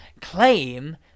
claim